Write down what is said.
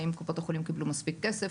האם קופות החולים קיבלו מספיק כסף?